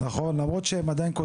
משש, נכון, למרות שהם עדיין כותבים.